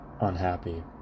unhappy